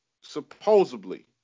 supposedly